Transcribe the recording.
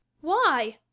Why